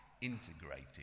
integrated